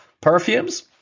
perfumes